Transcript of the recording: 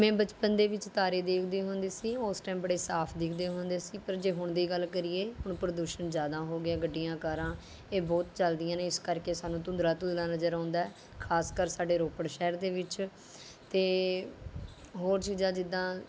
ਮੈਂ ਬਚਪਨ ਦੇ ਵਿੱਚ ਤਾਰੇ ਦੇਖਦੀ ਹੁੰਦੀ ਸੀ ਉਸ ਟਾਇਮ ਬੜੇ ਸਾਫ਼ ਦਿਖਦੇ ਹੁੰਦੇ ਸੀ ਪਰ ਜੇ ਹੁਣ ਦੀ ਗੱਲ ਕਰੀਏ ਹੁਣ ਪ੍ਰਦੂਸ਼ਣ ਜ਼ਿਆਦਾ ਹੋ ਗਿਆ ਗੱਡੀਆਂ ਕਾਰਾਂ ਇਹ ਬਹੁਤ ਚੱਲਦੀਆਂ ਨੇ ਇਸ ਕਰਕੇ ਸਾਨੂੰ ਧੁੰਦਲਾ ਧੁੰਦਲਾ ਨਜ਼ਰ ਆਉਂਦਾ ਖਾਸਕਰ ਸਾਡੇ ਰੋਪੜ ਸ਼ਹਿਰ ਦੇ ਵਿੱਚ ਅਤੇ ਹੋਰ ਚੀਜ਼ਾਂ ਜਿੱਦਾਂ